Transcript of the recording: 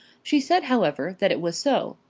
she said, however, that it was so.